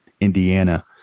Indiana